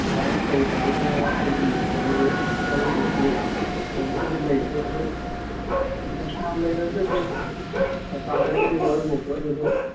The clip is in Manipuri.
ꯗꯤꯃꯥꯟ ꯇꯧꯗꯃꯤꯅ ꯑꯩꯒꯤ ꯋꯥꯔꯨꯀꯣꯛꯁꯦ ꯍꯧꯖꯤꯛꯀꯤꯗꯤ ꯂꯩꯇꯦ ꯑꯗꯨ ꯂꯩꯔꯒꯗꯤ ꯋꯥꯔꯨꯀꯣꯛꯇꯣ ꯑꯩ ꯑꯗꯨꯝ